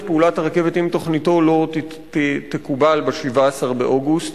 פעולת הרכבת אם תוכניתו לא תתקבל ב-17 באוגוסט.